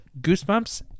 goosebumps